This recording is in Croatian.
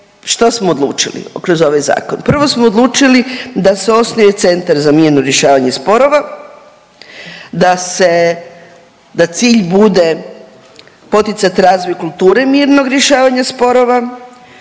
što smo odlučili kroz ovaj zakon. Prvo smo odlučili da se osnuje centar za mirno rješavanje sporova, da se, da cilj bude poticat razvoj kulture mirnog rješavanja sporova